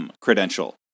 credential